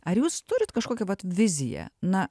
ar jūs turit kažkokią vat viziją na